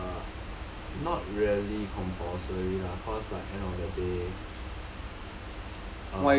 uh not really compulsory lah cause like end of the day